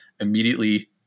immediately